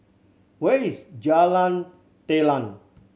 where is Jalan Telang